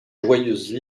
joyeuse